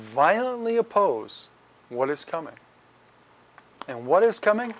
violently oppose what is coming and what is coming